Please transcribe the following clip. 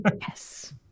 Yes